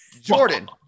Jordan